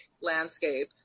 landscape